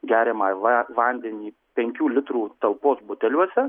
geriamąjį vandenį penkių litrų talpos buteliuose